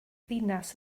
ddinas